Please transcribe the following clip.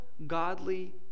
Godly